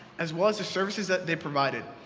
as was the services that they provided.